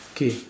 K